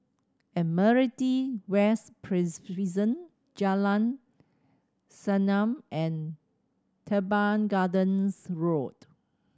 Admiralty West Prison Jalan Senyum and Teban Gardens Road